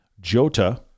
Jota